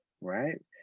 right